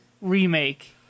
remake